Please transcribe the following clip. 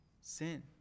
sin